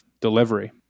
delivery